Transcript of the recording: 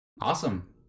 Awesome